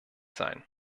sein